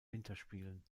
winterspielen